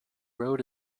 road